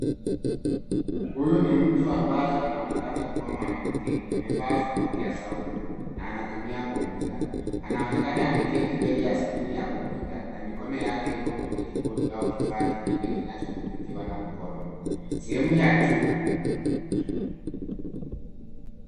Huyu ni mtu ambaye anaonekana kuwa mwanamke. Amevaa vipokea sauti na anatumia kompyuta. Anaonekana ameketi mbele ya skrini ya kompyuta na mikono yake iko kwenye kibodi au kifaa kingine kinachodhibitiwa na mkono sehemu ya juu.